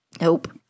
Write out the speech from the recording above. Nope